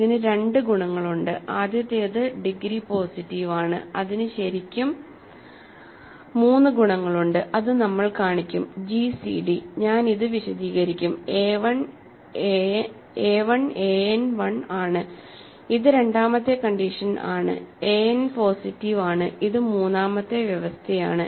ഇതിന് രണ്ട് ഗുണങ്ങളുണ്ട് ആദ്യത്തേത് ഡിഗ്രി പോസിറ്റീവ് ആണ് അതിന് ശരിക്കും 3 ഗുണങ്ങളുണ്ട് അത് നമ്മൾ കാണിക്കും gcd ഞാൻ ഇത് വിശദീകരിക്കുംa 1 an 1 ആണ് ഇത് രണ്ടാമത്തെ കണ്ടീഷൻ ആണ് an പോസിറ്റീവ് ആണ് ഇത് മൂന്നാമത്തെ വ്യവസ്ഥയാണ്